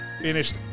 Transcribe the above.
finished